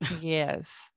Yes